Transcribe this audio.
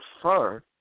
prefer